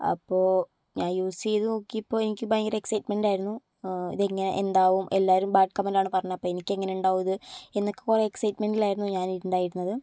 അപ്പോൾ ഞാൻ യൂസ് ചെയ്തു നോക്കിയപ്പോൾ എനിക്ക് ഭയങ്കര എക്സൈറ്റ്മെന്റ് ആയിരുന്നു ഇത് എങ്ങനെ എന്താവും എല്ലാവരും ബാഡ് കമന്റാണ് പറഞ്ഞത് അപ്പം എനിക്ക് എങ്ങനെ ഉണ്ടാകും ഇത് എന്നൊക്കെ കുറെ എക്സൈറ്റ്മെന്റിലായിരുന്നു ഞാൻ ഉണ്ടായിരുന്നത്